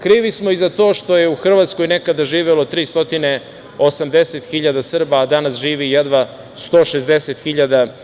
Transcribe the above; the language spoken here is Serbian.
Krivi smo i za to što je u Hrvatskoj nekada živelo 380 hiljada Srba, a danas živi jedva 160 hiljada.